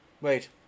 Wait